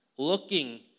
looking